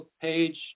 page